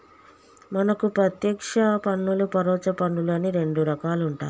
మనకు పత్యేక్ష పన్నులు పరొచ్చ పన్నులు అని రెండు రకాలుంటాయి